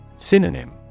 Synonym